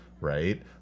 right